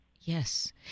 Yes